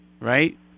right